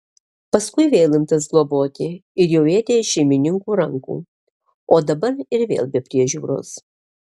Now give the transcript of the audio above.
paskui vėl imtas globoti ir jau ėdė iš šeimininkų rankų o dabar ir vėl be priežiūros